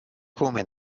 come